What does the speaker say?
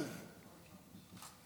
בוקר טוב, גברתי היושבת-ראש.